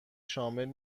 شامل